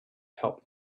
help